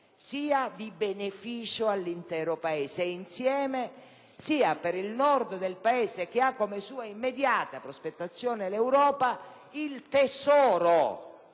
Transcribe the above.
sia di beneficio all'intero Paese ed insieme sia per il Nord del Paese, che ha come sua immediata prospettazione l'Europa, il tesoro,